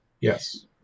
Yes